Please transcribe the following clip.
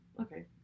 Okay